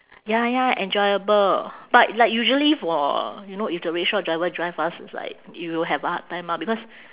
ya ya enjoyable but like usually for you know if the rickshaw driver drive us it's like you will have a hard time ah because